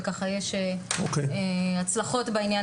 וככה יש הצלחות בעניין